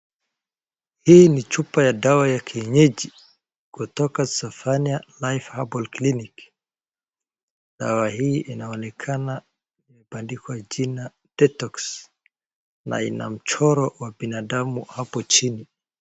Hii ni chupa ya dawa ya kienyeji kutoka Isphonia Life Herbal Clinic .Dawa hii inaonekana imeandikwa jina detox na ina mchoro wa binadamu hapo chini.